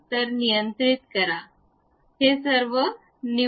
तर नियंत्रित करा हे सर्व निवडा